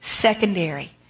secondary